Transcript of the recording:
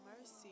Mercy